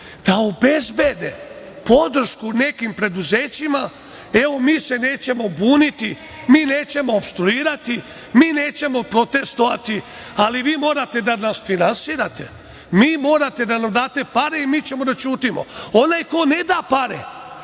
da obezbede podršku nekim preduzećima, evo, mi se nećemo buniti, mi nećemo opstruirati, mi nećemo protestovati, ali vi morate da nas finansiranje, vi morate da nam date pare i mi ćemo da ćutimo. Onaj ko ne da pare,